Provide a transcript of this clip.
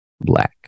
black